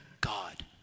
God